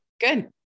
Good